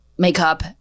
makeup